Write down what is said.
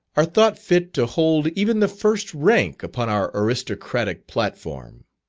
are thought fit to hold even the first rank upon our aristocratic platform.